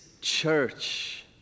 church